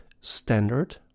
standard